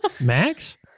Max